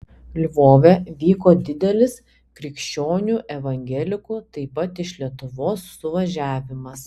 lvove vyko didelis krikščionių evangelikų taip pat iš lietuvos suvažiavimas